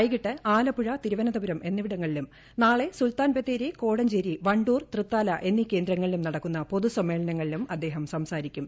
വൈകിട്ട് ആലപ്പുഴ തിരുവനന്തപുരം എന്നിവിടങ്ങളിലും നാ ളെ സുൽത്താൻ ബത്തേരി കോടഞ്ചേരി വ ൂർ തൃത്താല എന്നീ കേന്ദ്രങ്ങളിലും നടക്കുന്ന പൊതുസമ്മേളനങ്ങളിലും അദ്ദേഹം സം സാരിക്കും